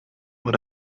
what